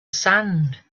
sand